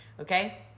okay